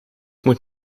moet